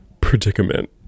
predicament